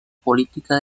política